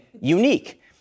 unique